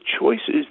choices